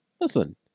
Listen